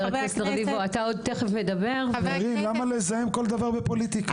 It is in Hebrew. חבר הכנסת --- למה לזהם כל דבר בפוליטיקה?